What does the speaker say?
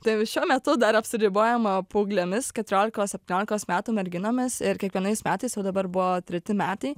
tai šiuo metu dar apsiribojama paauglėmis keturiolikos septyniolikos metų merginomis ir kiekvienais metais jau dabar buvo treti metai